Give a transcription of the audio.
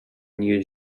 new